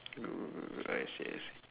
I see I see